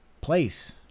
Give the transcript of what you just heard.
place